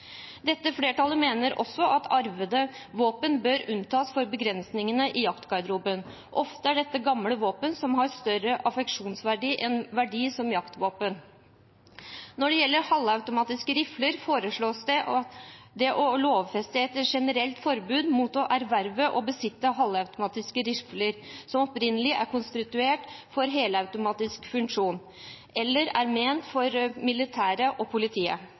Dette flertallet mener også at arvede våpen bør unntas for begrensningene i jaktvåpengarderoben. Ofte er dette gamle våpen som har større affeksjonsverdi enn verdi som jaktvåpen. Når det gjelder halvautomatiske rifler, foreslås det å lovfeste et generelt forbud mot å erverve og besitte halvautomatiske rifler som opprinnelig er konstruert for helautomatisk funksjon eller er ment for militæret og politiet.